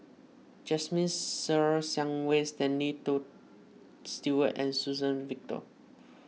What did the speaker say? Jasmine Ser Xiang Wei Stanley Stewart and Suzann Victor